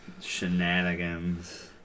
Shenanigans